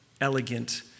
elegant